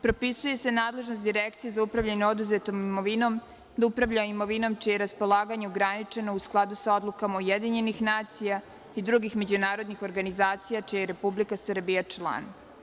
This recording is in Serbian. Propisuje se nadležnost Direkciji za upravljanje oduzetom imovinom da upravlja imovinom čije je raspolaganje ograničeno u skladu sa odlukama UN i drugih međunarodnih organizacija čiji je Republika Srbija član.